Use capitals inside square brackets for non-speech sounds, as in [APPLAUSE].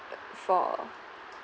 [NOISE] for